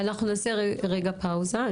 אנחנו נעשה רגע פאוזה,